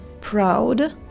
proud